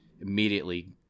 immediately